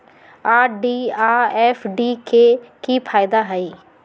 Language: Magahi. आर.डी आ एफ.डी के कि फायदा हई?